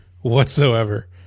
whatsoever